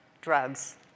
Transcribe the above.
drugs